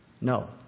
No